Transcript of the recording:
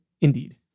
indeed